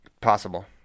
Possible